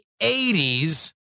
80s